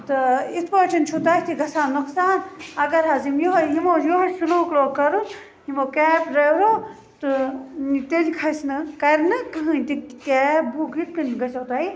تہٕ اِتھ پٲٹھۍ چھُ تۄہہِ تہِ گَژھان نۄقصان اَگَر حظ یِم یِہوٚے یِمو یِہوٚے سُلوٗک لوگ کَرُن یِمو کیب ڈرٛایورو تہٕ تیٚلہِ کھسہِ نہٕ کَرِ نہٕ کٕہۭنۍ تہِ کیب بُک یِتھ کَنۍ گَژھیو تۄہہِ